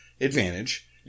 advantage